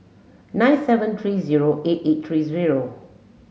nine seven three zero eight eight three zero